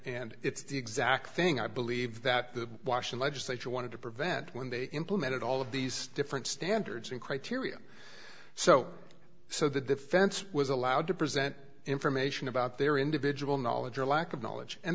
and it's the exact thing i believe that the washing legislature wanted to prevent when they implemented all of these different standards in criteria so so the defense was allowed to present information about their individual knowledge or lack of knowledge and